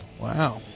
Wow